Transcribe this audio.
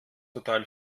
total